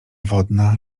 wodna